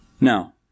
Now